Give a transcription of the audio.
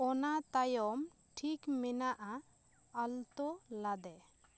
ᱚᱱᱟ ᱛᱟᱭᱚᱢ ᱴᱷᱤᱠ ᱢᱮᱱᱟᱜᱼᱟ ᱟᱞᱛᱳ ᱞᱟᱫᱮ